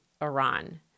Iran